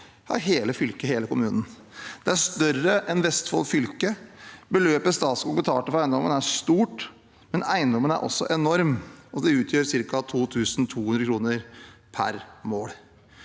ja hele fylket og hele kommunen. Det er større enn Vestfold fylke. Beløpet Statskog betalte for eiendommen, er stort, men eiendommen er også enorm, og det utgjør ca. 2 200 kr per mål.